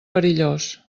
perillós